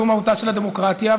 זו מהותה של הדמוקרטיה,